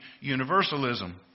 universalism